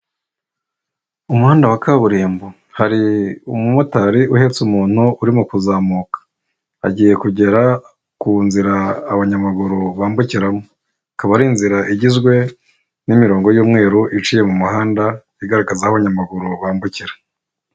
Umuhanda wa kaburimbo hari umumotari uhetse umuntu urimo kuzamuka agiye kugera ku nzira abanyamaguru bambukiramo, ikaba ari inzira igizwe n'imirongo y'umweru iciye mu muhanda igaragazaho abanyamaguru bambukira.